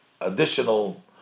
additional